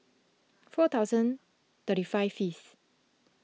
four thousand thirty five fifth